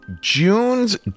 June's